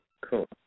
cool